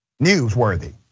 newsworthy